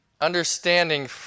understanding